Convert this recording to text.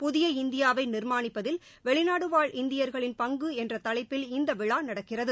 புதிய இந்தியாவை நிர்மாணிப்பதில் வெளிநாடு வாழ் இந்தியர்களின் பங்கு என்ற தலைப்பில் இந்த விழா நடக்கிறது